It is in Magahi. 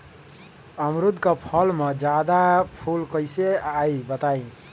अमरुद क फल म जादा फूल कईसे आई बताई?